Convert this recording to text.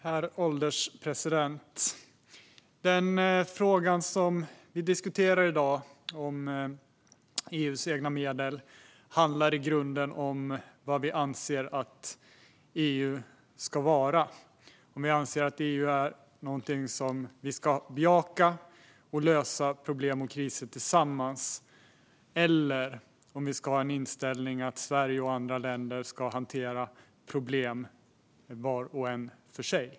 Herr ålderspresident! Den fråga som vi diskuterar i dag, om EU:s egna medel, handlar i grunden om vad vi anser att EU ska vara - om vi anser att EU är någonting som vi ska bejaka och att vi ska lösa problem och kriser tillsammans eller om vi ska ha inställningen att Sverige och andra länder ska hantera problem var och en för sig.